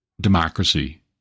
democracy